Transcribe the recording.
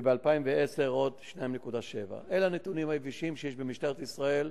וב-2010 עוד 2.7%. אלה הנתונים היבשים שיש במשטרת ישראל,